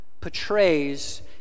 portrays